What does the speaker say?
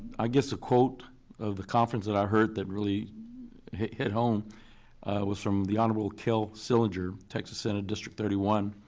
i guess the quote of the conference that i heard that really hit hit home was from the honorable kell sillinger, texas senate district thirty one.